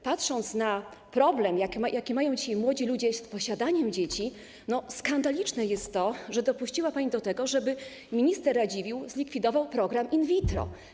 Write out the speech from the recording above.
Patrząc na problem, jaki mają dzisiaj młodzi ludzie z posiadaniem dzieci, skandaliczne jest to, że dopuściła pani do tego, żeby minister Radziwiłł zlikwidował program in vitro.